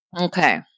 Okay